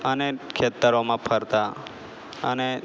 અને ખેતરોમાં ફરતા અને